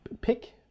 pick